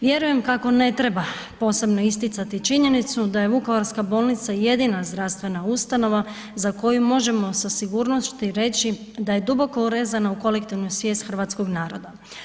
Vjerujem kako ne treba posebno isticati činjenicu da je vukovarska bolnica jedina zdravstvena ustanova za koju možemo sa sigurnošću reći da je duboko urezana u kolektivnu svijest hrvatskog naroda.